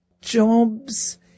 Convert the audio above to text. jobs